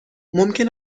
ممکن